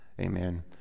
Amen